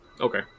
Okay